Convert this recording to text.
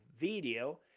video